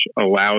allows